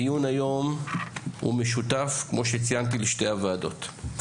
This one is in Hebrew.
הדיון היום הוא משותף כמו שציינתי, לשתי הוועדות.